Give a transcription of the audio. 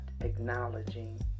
acknowledging